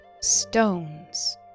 stones